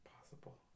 possible